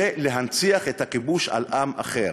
וזה להנציח את הכיבוש על עם אחר.